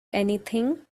anything